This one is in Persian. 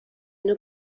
اینو